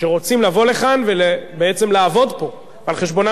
שרוצים לבוא לכאן ובעצם לעבוד פה על חשבונן